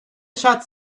shots